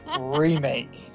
remake